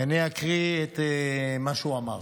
ואני אקריא את מה שהוא אמר.